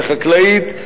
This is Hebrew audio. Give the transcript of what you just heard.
החקלאית,